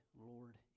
Lord